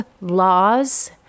laws